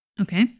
Okay